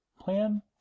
plan